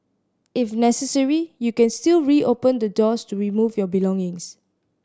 if necessary you can still reopen the doors to remove your belongings